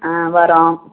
ஆ வரோம்